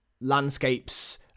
landscapes